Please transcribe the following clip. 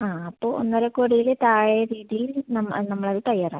ആ അപ്പോൾ ഒന്നരക്കോടിയില് താഴെ രീതിയിൽ നമ്മ നമ്മളത് തയ്യാറാക്കണം